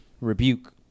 rebuke